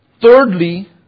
Thirdly